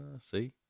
See